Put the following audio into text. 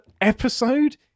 episode